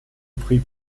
prix